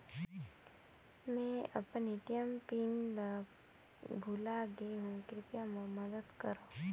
मैं अपन ATM PIN ल भुला गे हवों, कृपया मोर मदद करव